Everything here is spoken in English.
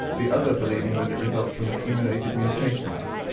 the other believing that it results from accumulated mutations.